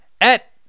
et